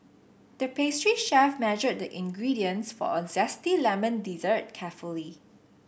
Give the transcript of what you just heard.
the pastry chef measured the ingredients for a zesty lemon dessert carefully